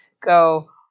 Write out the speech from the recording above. go